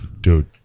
Dude